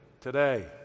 today